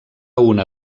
una